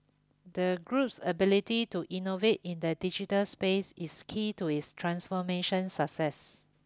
the group's ability to innovate in the digital space is key to its transformation success